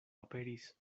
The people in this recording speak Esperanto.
aperis